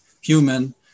human